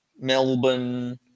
Melbourne